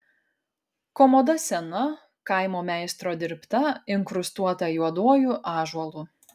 komoda sena kaimo meistro dirbta inkrustuota juoduoju ąžuolu